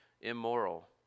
immoral